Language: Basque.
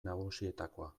nagusietakoa